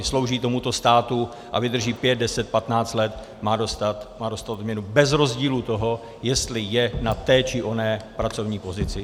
Slouží tomuto státu a vydrží 5, 10, 15 let, má dostat odměnu bez rozdílu toho, jestli je na té, či oné pracovní pozici.